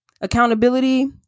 Accountability